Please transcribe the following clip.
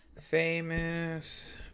famous